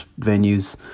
venues